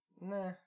Nah